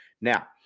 Now